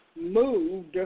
moved